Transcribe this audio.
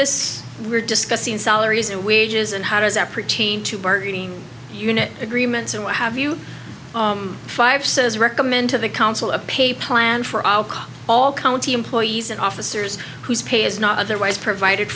this we're discussing salaries and wages and how does that pertain to bargaining unit agreements or what have you fire says recommend to the council of paper land for all county employees and officers whose pay is not otherwise provided